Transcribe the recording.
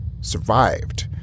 survived